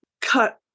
cut